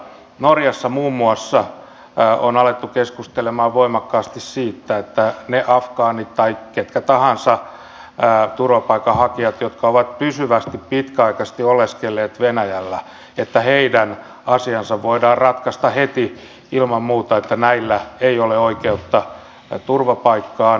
norjassa muun muassa on alettu keskustelemaan voimakkaasti siitä että afgaanien tai keiden tahansa turvapaikanhakijoitten jotka ovat pysyvästi pitkäaikaisesti oleskelleet venäjällä asiat voidaan ratkaista heti ilman muuta että näillä ei ole oikeutta turvapaikkaan